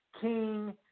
King